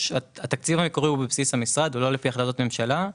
התקציב המקורי הוא בבסיס המשרד ולא לפי החלטות ממשלה.